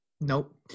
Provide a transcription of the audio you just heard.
Nope